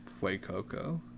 Fuecoco